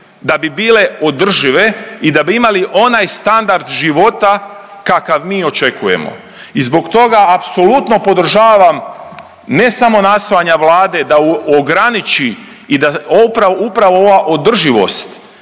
da bi bile održive i da bi imali onaj standard života kakav mi očekujemo i zbog toga apsolutno podržavam ne samo nastojanja Vlade da ograniči i da upravo ova održivost